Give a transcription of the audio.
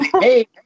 hey